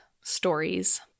stories